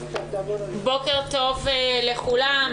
בוקר טוב לכולם,